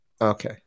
Okay